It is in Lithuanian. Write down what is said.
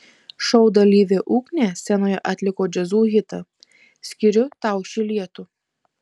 šou dalyvė ugnė scenoje atliko jazzu hitą skiriu tau šį lietų